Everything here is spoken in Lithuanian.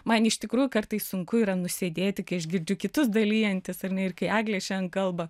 man iš tikrųjų kartais sunku yra nusėdėti kai aš girdžiu kitus dalijantis ar ne ir kai eglė šiandien kalba